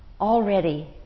already